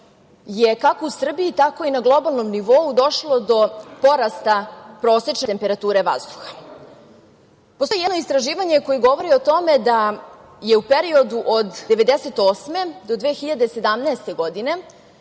je kako u Srbiji, tako i na globalnom nivou došlo do porasta prosečne temperature vazduha. Postoji jedno istraživanje koje govori o tome da je u periodu od 1998. do 2017. godine